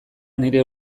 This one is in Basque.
nire